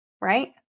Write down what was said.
right